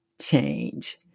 change